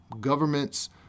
governments